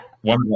One